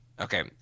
Okay